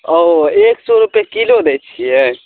औ एक सए रुपए किलो दै छियै